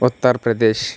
Uttar Pradesh